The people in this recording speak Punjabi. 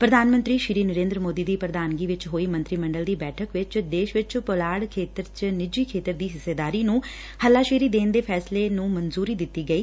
ਪ੍ਰਧਾਨ ਮੰਤਰੀ ਨਰੇਦਰ ਮੋਦੀ ਦੀ ਪ੍ਰਧਾਨਗੀ ਵਿਚੋ ਹੋਈ ਮੰਤਰੀ ਮੰਡਲ ਦੀ ਬੈਠਕ ਵਿਚ ਦੇਸ਼ ਵਿਚ ਪੁਲਾੜ ਖੇਤਰ ਚ ਨਿੱਜੀ ਖੇਤਰ ਦੀ ਹਿੱਸੇਦਾਰੀ ਨੂੰ ਹਲਾਸ਼ੇਰੀ ਦੇਣ ਦੇ ਫੈਸਲੇ ਨੂੰ ਮਨਜੂਰੀ ਦਿੱਤੀ ਗਈ